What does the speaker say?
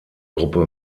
gruppe